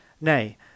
nay